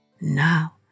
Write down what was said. Now